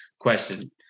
question